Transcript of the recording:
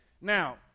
Now